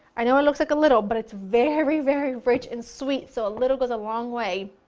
i know it looks like a little but it's very very rich and sweet so a little goes a long way.